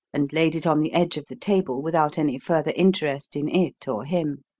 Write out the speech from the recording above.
and laid it on the edge of the table without any further interest in it or him.